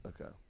Okay